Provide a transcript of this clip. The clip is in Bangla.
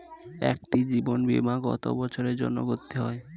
একটি জীবন বীমা কত বছরের জন্য করতে হয়?